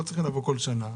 לא צריך לבוא בכל שנה.